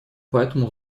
поэтому